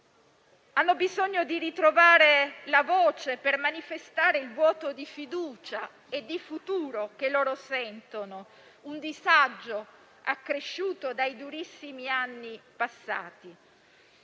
hanno bisogno di ritrovare la voce per manifestare il vuoto di fiducia e futuro che sentono, con un disagio accresciuto dai durissimi anni passati.